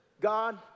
God